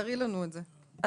תראי לנו את זה,